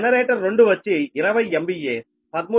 generator 2 వచ్చి 20 MVA 13